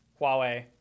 Huawei